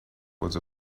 was